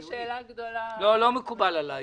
לא, לא מקובל עלי.